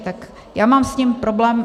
Tak já mám s tím problém.